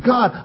God